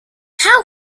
how